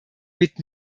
mit